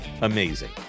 amazing